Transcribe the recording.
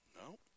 No